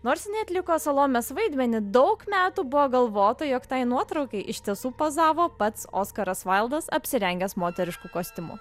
nors jinai atliko salomės vaidmenį daug metų buvo galvota jog tai nuotraukai iš tiesų pozavo pats oskaras vaildas apsirengęs moterišku kostiumu